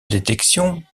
détection